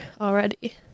already